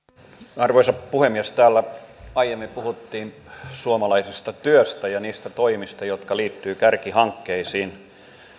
arvoisa puhemies täällä aiemmin puhuttiin suomalaisesta työstä ja niistä toimista jotka liittyvät kärkihankkeisiin